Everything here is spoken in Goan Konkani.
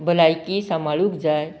भलायकी सांबाळूंक जाय